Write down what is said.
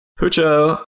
Pucho